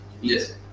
Yes